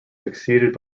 succeeded